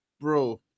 bro